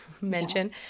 mention